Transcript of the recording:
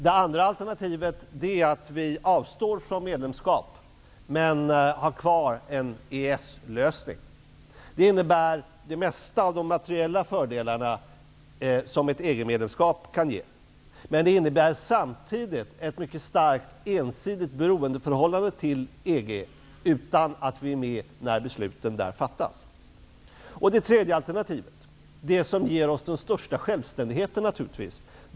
Det andra alternativet är att vi avstår från medlemskap men har kvar en EES-lösning. Det innebär att vi får de flesta av de materiella fördelarna som ett EG-medlemskap kan ge. Men det innebär också ett mycket starkt ensidigt beroendeförhållande till EG utan att vi är med när besluten fattas. Det tredje alternativet är det som naturligtvis ger oss den största självständigheten.